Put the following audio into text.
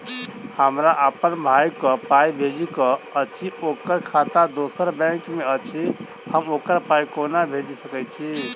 हमरा अप्पन भाई कऽ पाई भेजि कऽ अछि, ओकर खाता दोसर बैंक मे अछि, हम ओकरा पाई कोना भेजि सकय छी?